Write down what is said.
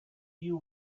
you